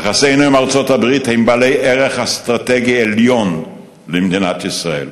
יחסינו עם ארצות-הברית הם בעלי ערך אסטרטגי עליון למדינת ישראל.